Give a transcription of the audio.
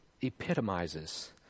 epitomizes